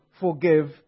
forgive